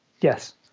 Yes